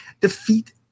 defeat